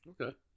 Okay